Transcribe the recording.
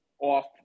off